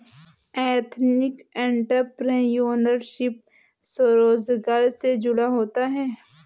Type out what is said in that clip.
ethnic entrepreneurship स्वरोजगार से जुड़ा होता है